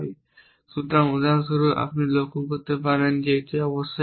সুতরাং উদাহরণস্বরূপ আপনি লক্ষ্য করতে পারেন যে এটি অবশ্যই 1 হবে